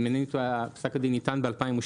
אם אינני טועה פסק הדין ניתן ב-2012,